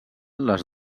les